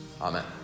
Amen